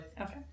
Okay